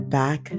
back